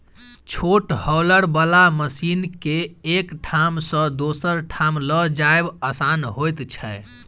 छोट हौलर बला मशीन के एक ठाम सॅ दोसर ठाम ल जायब आसान होइत छै